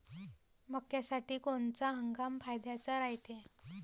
मक्क्यासाठी कोनचा हंगाम फायद्याचा रायते?